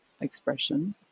expression